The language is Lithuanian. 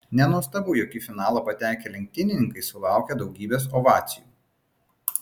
nenuostabu jog į finalą patekę lenktynininkai sulaukė daugybės ovacijų